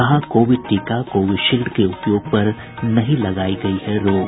कहा कोविड टीका कोविशील्ड के उपयोग पर नहीं लगायी गयी है रोक